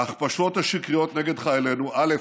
ההכפשות השקריות נגד חיילינו, א.